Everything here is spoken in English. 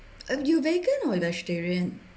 uh you vegan or vegetarian